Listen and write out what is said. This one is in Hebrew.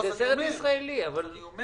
זה סרט ישראלי, אבל -- אני אומר